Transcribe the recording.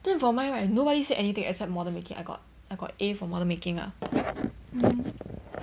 then for mine right nobody said anything except model making I got I got A for model making lah